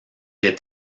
est